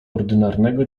ordynarnego